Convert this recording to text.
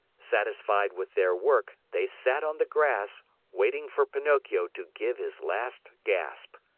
satisfied with their work, they sat on the grass waiting for pinocchio to give his last gasp.